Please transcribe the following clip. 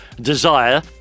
desire